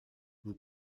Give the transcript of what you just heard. vous